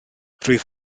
rwyf